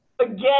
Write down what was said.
Again